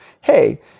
hey